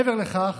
מעבר לכך,